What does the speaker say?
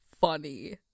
funny